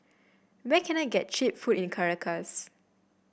where can I get cheap food in Caracas